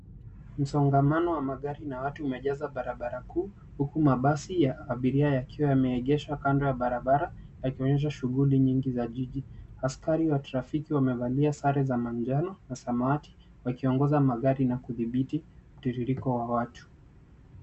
Msongamano wa magari na watu umejaza barabara kuu huku mabasi ya abiria yakiwa yemeegeshwa kando ya barabara yakionyesha shughuli nyingi za jiji. Askari wa trafiki wamevalia sare za manjano na samawati wakiongoza magari na kudhibiti mtiririko wa watu.